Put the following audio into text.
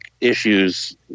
issues